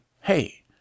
hey